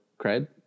cred